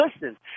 listen